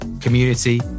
community